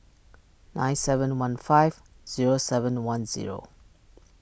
nine seven one five zero seven one zero